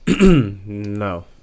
No